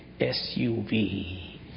SUV